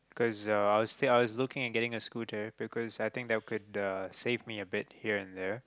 cause uh I was I was looking into getting a scooter because I think that could uh save me a bit here and there